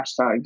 hashtags